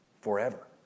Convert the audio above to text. forever